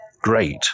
great